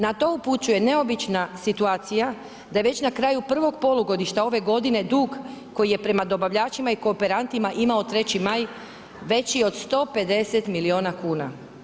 Na to upućuje neobična situacija, da je već na kraju prvog polugodišta ove godine dug koji je prema dobavljačima i kooperantima ima 3. Maj, veći od 150 milijuna kuna.